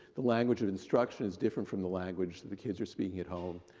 the language of instruction is different from the language that the kids are speaking at home.